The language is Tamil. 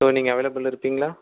ஸோ நீங்கள் அவைலபிளில் இருப்பீங்களா